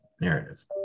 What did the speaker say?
narrative